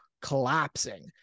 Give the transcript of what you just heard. collapsing